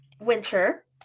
winter